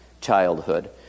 Childhood